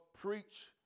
preach